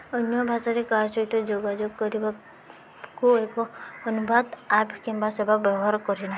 ଅନ୍ୟ ଭାଷାରେ କାହା ସହିତ ଯୋଗାଯୋଗ କରିବାକୁ ଏକ ଅନୁବାଦ ଆପ୍ କିମ୍ବା ସେବା ବ୍ୟବହାର କରିନାହିଁ